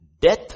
death